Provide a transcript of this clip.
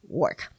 work